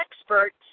experts